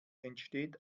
entsteht